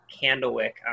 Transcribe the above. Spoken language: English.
candlewick